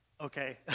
Okay